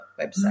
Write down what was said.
website